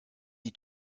die